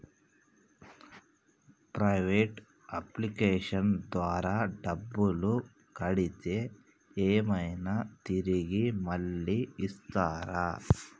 Private అప్లికేషన్ల ద్వారా డబ్బులు కడితే ఏమైనా తిరిగి మళ్ళీ ఇస్తరా?